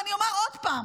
ואני אומר עוד פעם: